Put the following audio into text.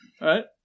right